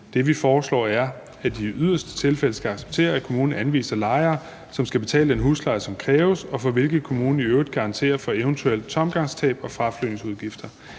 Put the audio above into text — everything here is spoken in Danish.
vi foreslår, er, at de i yderste tilfælde skal acceptere, at kommunerne anviser lejere, som skal betale den husleje, som kræves, og for hvilke kommunen i øvrigt garanterer for eventuelle tomgangstab og fraflytningsudgifter.